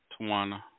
Tawana